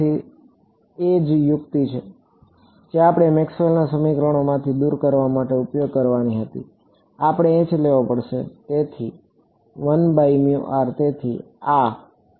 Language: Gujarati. તેથી એ જ યુક્તિ જે આપણે મેક્સવેલના સમીકરણોમાંથી દૂર કરવા માટે ઉપયોગ કરવાની હતી આપણે લેવો પડશે